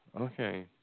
Okay